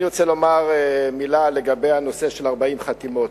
אני רוצה לומר מלה לגבי הנושא של 40 חתימות.